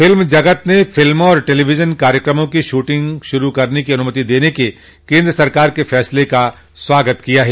film जगत ने फिल्मों और टेलोविजन कार्यक्रमों की शूटिंग शुरु करने की अनुमति देने के केंद्र के फैसले का स्वागत किया है